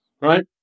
right